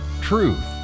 Truth